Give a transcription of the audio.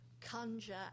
conjure